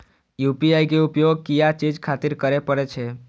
UPI के उपयोग किया चीज खातिर करें परे छे?